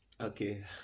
Okay